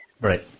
Right